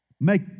Make